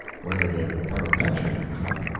whether they were parliamentary or not,